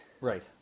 Right